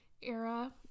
era